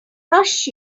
rush